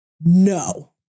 No